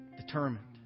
determined